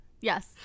yes